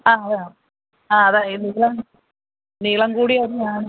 ആ അതാണ് ആ അതാണ് ഈ നീളം നീളം കൂടിയ അരിയാണ്